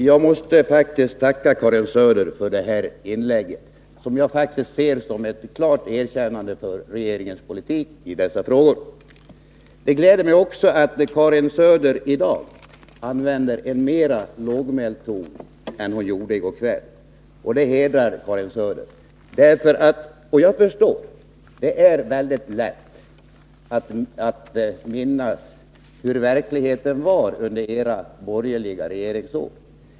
Fru talman! Jag måste tacka Karin Söder för detta inlägg, som jag faktiskt ser som ett klart erkännande av regeringens politik i dessa frågor. Det gläder mig också att Karin Söder i dag använde en mera lågmäld ton än hon gjorde i går kväll, det hedrar Karin Söder. Jag förstår att det inte är lätt att minnas hur verkligheten var under era borgerliga regeringsår.